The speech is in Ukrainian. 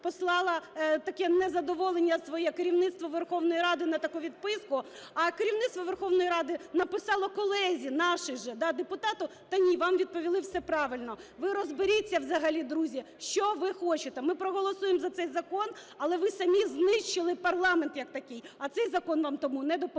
послала таке незадоволення своє керівництву Верховної Ради на таку відписку, а керівництво Верховної Ради написано колезі нашій же, депутату: "Та, ні, вам відповіли все правильно". Ви розберіться взагалі, друзі, що ви хочете. Ми проголосуємо за цей закон, але ви самі знищили парламент як такий, а цей закон вам тому не допоможе.